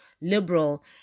liberal